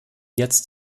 jetzt